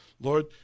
Lord